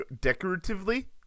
Decoratively